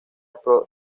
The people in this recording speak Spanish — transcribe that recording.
pro